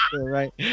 right